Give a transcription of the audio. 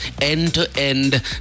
end-to-end